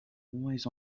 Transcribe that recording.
always